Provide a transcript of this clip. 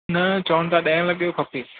न चवनि था ॾहें लॻे जो खपे